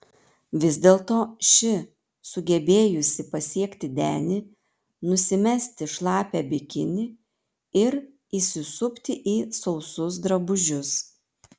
vis dėlto ši sugebėjusi pasiekti denį nusimesti šlapią bikinį ir įsisupti į sausus drabužius